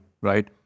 right